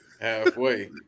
Halfway